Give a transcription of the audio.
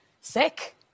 sick